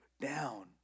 down